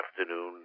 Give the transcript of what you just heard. afternoon